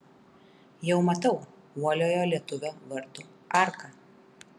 jau matau uoliojo lietuvio vartų arką